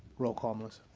roll call. ms.